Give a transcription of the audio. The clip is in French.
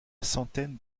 centaine